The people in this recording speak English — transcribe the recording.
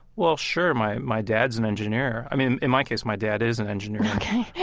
well, sure, my my dad's an engineer. i mean, in my case, my dad is an engineer ok